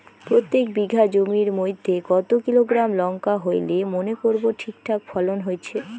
প্রত্যেক বিঘা জমির মইধ্যে কতো কিলোগ্রাম লঙ্কা হইলে মনে করব ঠিকঠাক ফলন হইছে?